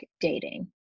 dating